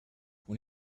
when